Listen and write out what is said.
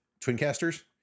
Twincasters